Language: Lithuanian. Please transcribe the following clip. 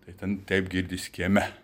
tai ten taip girdisi kieme